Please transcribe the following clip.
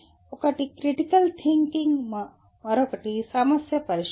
ఒకటి critical thinking మరొకటి సమస్య పరిష్కారం